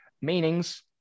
meanings